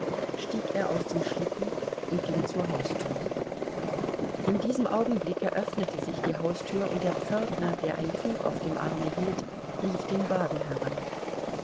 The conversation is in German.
stieg er aus dem schlitten und ging zur haustür in diesem augenblicke öffnete sich die haustür und der pförtner der ein tuch auf dem arme hielt rief den wagen heran